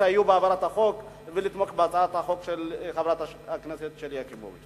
יסייעו בהעברת החוק ויתמכו בהצעת החוק של חברת הכנסת שלי יחימוביץ.